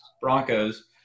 Broncos